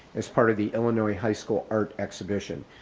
as part of the illinois high school art exhibition.